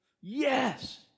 yes